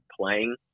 playing